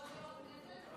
כבוד יו"ר הישיבה,